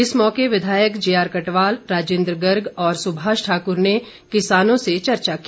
इस मौके विधायक जेआर कटवाल राजेन्द्र गर्ग और सुभाष ठाकुर ने किसानों से चर्चा की